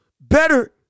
Better